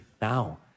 now